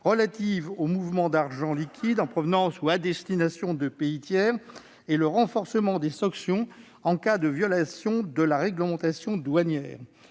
relatives aux mouvements d'argent liquide en provenance ou à destination des pays tiers et le renforcement des sanctions en cas de violation de la réglementation douanière.